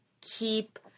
keep